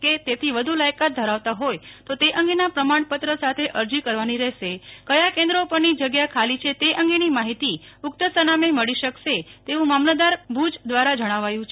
કે તેથી વધુ લાયકાત ધરાવતા હોય તો તે અંગેના પ્રમાણપત્ર સાથે અરજી કરવાની રહેશે કથા કેન્દ્રો પરની જગ્યા ખાલી છે તે અંગેની માહિતી ઉકત સરનામે મળી શકશે તેવું મામલતદાર ભુજ દ્વારા જણાવાયું છે